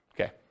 Okay